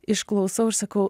išklausau ir sakau